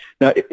Now